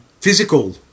physical